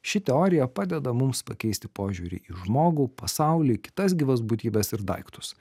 ši teorija padeda mums pakeisti požiūrį į žmogų pasaulį kitas gyvas būtybes ir daiktus